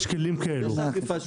יש כלים כאלה.